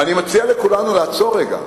אני מציע לכולנו לעצור רגע.